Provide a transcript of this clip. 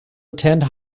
attend